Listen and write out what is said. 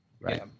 Right